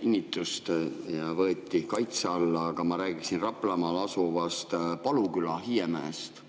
kinnitust ja võeti kaitse alla. Aga ma räägiksin Raplamaal asuvast Paluküla hiiemäest.